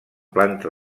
planta